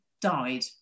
died